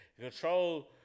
Control